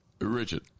Richard